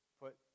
put